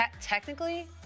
Technically